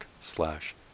slash